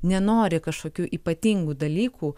nenori kažkokių ypatingų dalykų